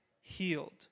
healed